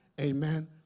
Amen